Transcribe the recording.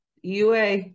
UA